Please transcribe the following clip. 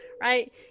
right